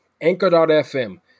Anchor.fm